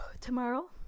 Tomorrow